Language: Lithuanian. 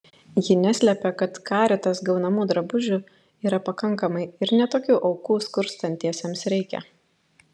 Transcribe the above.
ji neslepia kad caritas gaunamų drabužių yra pakankamai ir ne tokių aukų skurstantiesiems reikia